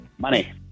money